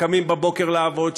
שקמים בבוקר לעבוד,